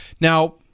Now